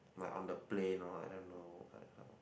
like on the plane or I don't know like how